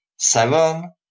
Seven